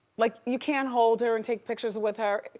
like, you can't hold her and take pictures with her.